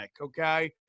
okay